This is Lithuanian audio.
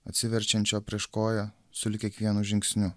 atsiverčiančio prieš koja sulig kiekvienu žingsniu